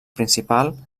principal